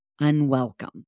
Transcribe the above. unwelcome